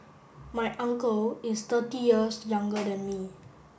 my uncle is thirty years younger than me